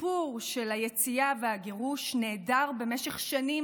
הסיפור של היציאה והגירוש נעדר במשך שנים